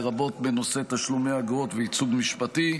לרבות בנושא תשלומי האגרות וייצוג משפטי,